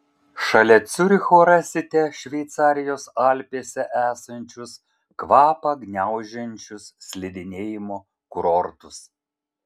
šalia ciuricho rasite šveicarijos alpėse esančius kvapą gniaužiančius slidinėjimo kurortus